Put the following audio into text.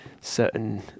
certain